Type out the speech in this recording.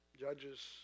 judges